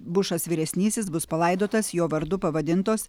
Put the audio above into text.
bušas vyresnysis bus palaidotas jo vardu pavadintos